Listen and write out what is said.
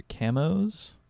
camos